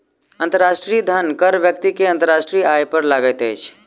अंतर्राष्ट्रीय धन कर व्यक्ति के अंतर्राष्ट्रीय आय पर लगैत अछि